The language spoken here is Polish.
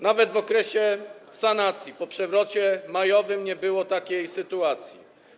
Nawet w okresie sanacji po przewrocie majowym nie było takiej sytuacji.